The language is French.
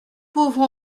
pauvre